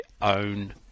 own